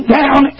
down